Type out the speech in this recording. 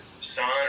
son